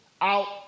out